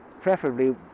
preferably